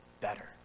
better